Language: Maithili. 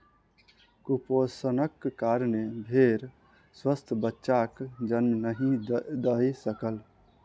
कुपोषणक कारणेँ भेड़ स्वस्थ बच्चाक जन्म नहीं दय सकल